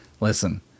Listen